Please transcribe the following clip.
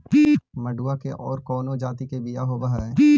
मडूया के और कौनो जाति के बियाह होव हैं?